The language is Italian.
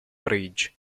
bridge